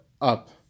up